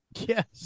Yes